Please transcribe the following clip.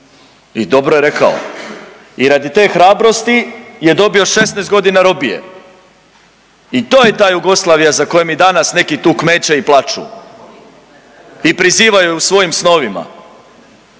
I dobro je rekao. I radi te hrabrosti je dobio 16 godina robije. I to je ta Jugoslavija za kojom mi danas neki tu kmeče i plaću i prizivaju je u svojim snovima.